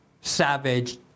savage